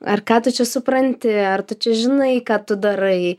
ar ką tu čia supranti ar tu čia žinai ką tu darai